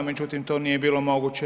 Međutim, to nije bilo moguće.